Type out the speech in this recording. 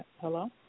Hello